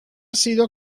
sido